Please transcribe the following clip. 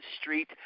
Street